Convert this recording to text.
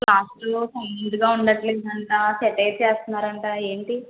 క్లాస్లో సైలెంట్గా ఉండట్లేదంటా సెటైర్స్ వేస్తున్నారంట ఏంటి